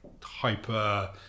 hyper